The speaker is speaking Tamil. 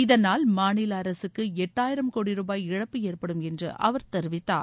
இதனால் மாநில அரசுக்கு எட்டாயிரம் கோடி ரூபாய் இழப்பு ஏற்படும் என்று அவர் தெரிவித்தார்